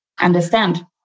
understand